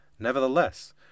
Nevertheless